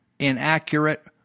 inaccurate